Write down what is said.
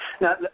Now